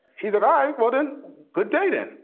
he's a guy what and good data